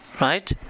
right